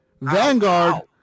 Vanguard